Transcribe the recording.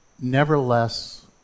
nevertheless